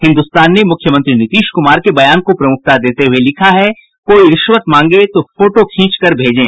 हिन्दुस्तान ने मुख्यमंत्री नीतीश कुमार के बयान को प्रमुखता देते हुये लिखा है कोई रिश्वत मांगे तो फोटो खींचकर भेजें